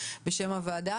בשם הוועדה,